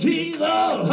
Jesus